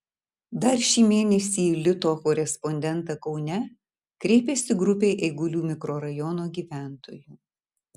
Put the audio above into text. dar šį mėnesį į lito korespondentą kaune kreipėsi grupė eigulių mikrorajono gyventojų